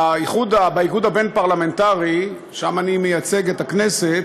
באיגוד הבין-פרלמנטרי, שם אני מייצג את הכנסת,